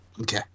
Okay